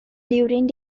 during